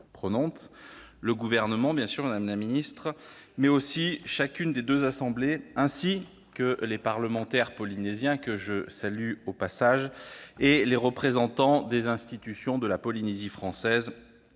le Gouvernement, bien sûr, mais aussi chacune desdeux assemblées, ainsi que les parlementaires polynésiens, que je salue, lesreprésentants des institutions de la Polynésie française